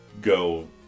go